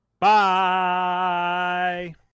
Bye